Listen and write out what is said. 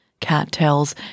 cattails